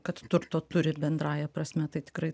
kad turto turi bendrąja prasme tai tikrai